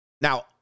Now